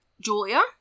Julia